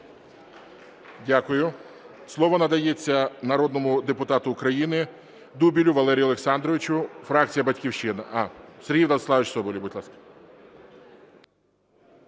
Дякую. Слово надається народному депутату України Дубілю Валерію Олександровичу, фракція "Батьківщина". Сергій Владиславович Соболєв, будь ласка.